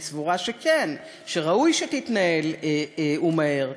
אני סבורה שכן, שראוי שתתנהל ומהר.